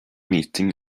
meeting